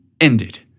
ended